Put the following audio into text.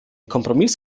kompromiss